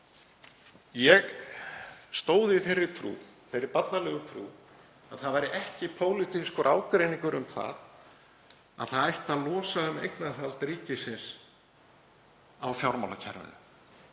Ég stóð í þeirri trú, þeirri barnalegu trú, að ekki væri pólitískur ágreiningur um það að losa ætti um eignarhald ríkisins á fjármálakerfinu,